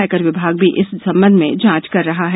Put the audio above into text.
आयकर विभाग भी इस संबंध में जांच कर रहा है